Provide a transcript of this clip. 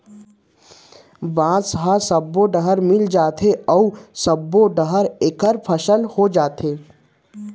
बांस ह सब्बो डहर मिल जाथे अउ सब्बो डहर एखर फसल होथे